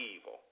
evil